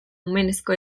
omenezko